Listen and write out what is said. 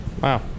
Wow